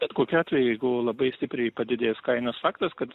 bet kokiu atveju jeigu labai stipriai padidės kainos faktas kad